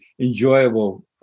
enjoyable